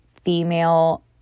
female